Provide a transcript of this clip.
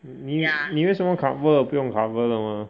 你为什么 cover 不用 cover 的 mah